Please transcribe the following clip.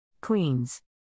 Queens